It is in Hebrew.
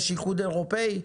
יש איחוד אירופאי,